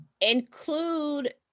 include